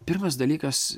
pirmas dalykas